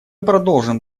продолжим